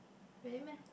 really meh